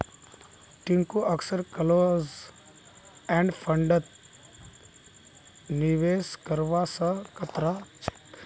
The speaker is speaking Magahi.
टिंकू अक्सर क्लोज एंड फंडत निवेश करवा स कतरा छेक